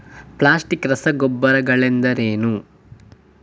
Plastic ರಸಗೊಬ್ಬರಗಳೆಂದರೇನು?